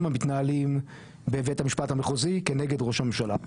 המתנהלים בבית המשפט המחוזי כנגד ראש הממשלה,